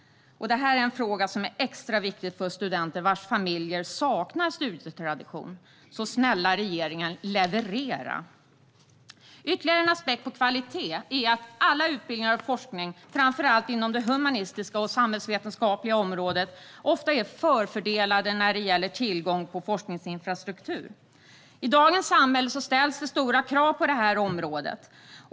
Detta är en fråga som är extra viktig för studenter vilkas familjer saknar studietradition. Så snälla regeringen, leverera! Ytterligare en aspekt på kvalitet är att alla utbildningar och all forskning, framför allt inom det humanistiska och samhällsvetenskapliga området, ofta är förfördelade när det gäller tillgång till forskningsinfrastruktur. I dagens samhälle ställs stora krav på detta område.